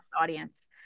audience